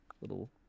little